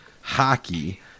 hockey